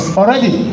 already